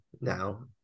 now